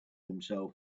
himself